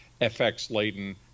FX-laden